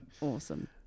Awesome